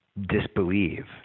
disbelieve